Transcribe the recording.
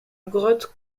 grotte